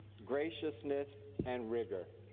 graciousness, and rigor.